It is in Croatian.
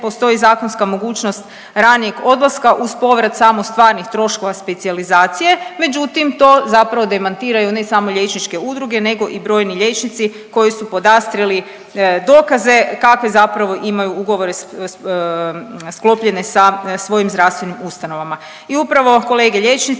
postoji zakonska mogućnost ranijeg odlaska uz povrat samo stvarnih troškova specijalizacije. Međutim, to zapravo demantiraju ne samo liječničke udruge, nego i brojni liječnici koji su podastrijeli dokaze kakve zapravo imaju ugovore sklopljene sa svojim zdravstvenim ustanovama. I upravo kolege liječnici,